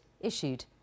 issued